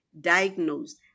diagnosed